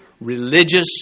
religious